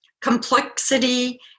complexity